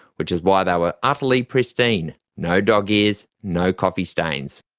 which is why they were utterly pristine no dog-ears, no coffee stains.